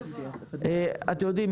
אתם יודעים,